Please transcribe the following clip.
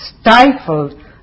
stifled